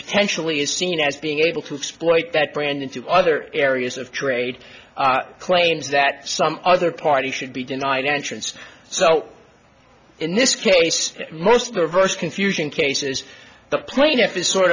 potentially is seen as being able to exploit that brand into other areas of trade claims that some other party should be denied entrance so in this case most perverse confusion cases the plaintiff is sort